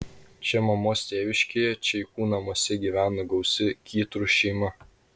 čia mamos tėviškėje čeikų namuose gyveno gausi kytrų šeima